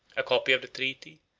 a copy of the treaty,